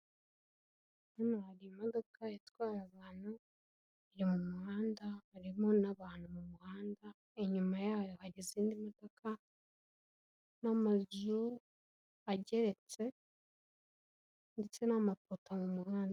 Hano hari imodoka itwara abantu iri mu muhanda urimo n'abantu mu muhanda, inyuma yayo hari izindi modoka n'amazu ageretse ndetse n'amapoto mu muhanda.